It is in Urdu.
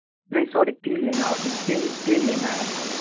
نہیں ساری تین لینا تین تین لینا ہے